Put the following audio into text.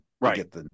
Right